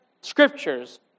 scriptures